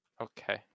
Okay